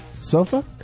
Sofa